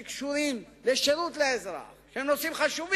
שהם חלק ממנועי המשק.